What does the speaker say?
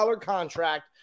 contract